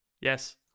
yes